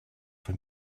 von